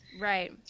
right